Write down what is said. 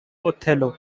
othello